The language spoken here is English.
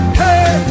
hey